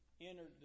entered